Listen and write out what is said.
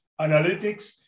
Analytics